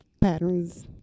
patterns